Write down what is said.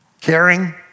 caring